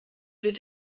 wird